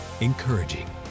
encouraging